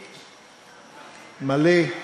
לבי מלא,